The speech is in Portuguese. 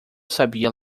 sabia